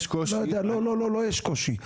יש קושי.